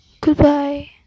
Goodbye